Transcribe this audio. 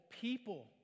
people